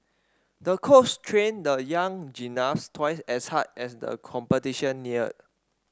the coach trained the young gymnast twice as hard as the competition neared